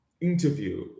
interview